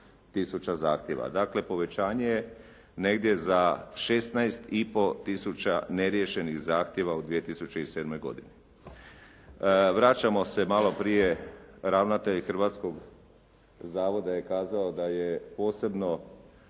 zahtjeva. Dakle, povećanje je negdje za 16 i pol tisuća neriješenih zahtjeva u 2007. godini. Vraćamo se malo prije, ravnatelj hrvatskog zavoda je kazao da je posebno